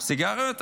סיגריות?